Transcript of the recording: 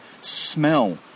smell